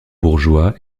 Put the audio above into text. bourgeois